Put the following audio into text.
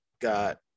got